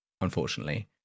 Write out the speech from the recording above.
unfortunately